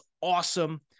awesome